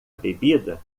bebida